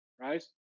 right